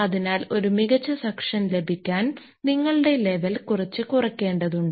അതിനാൽ ഒരു മികച്ച സക്ഷൻ ലഭിക്കാൻ നിങ്ങളുടെ ലെവൽ കുറച്ച് കുറയ്ക്കേണ്ടതുണ്ട്